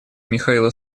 михаила